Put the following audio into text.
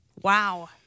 Wow